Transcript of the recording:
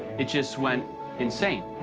it just went insane.